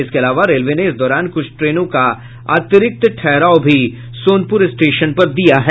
इसके अलावा रेलवे ने इस दौरान कुछ ट्रेनों का अतिरिक्त ठहराव भी सोनपुर स्टेशन पर दिया है